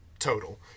Total